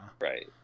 Right